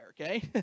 okay